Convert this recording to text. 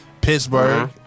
Pittsburgh